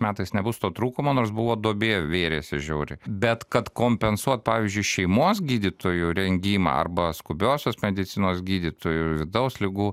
metais nebus to trūkumo nors buvo duobė vėrėsi žiauri bet kad kompensuot pavyzdžiui šeimos gydytojų rengimą arba skubiosios medicinos gydytojų vidaus ligų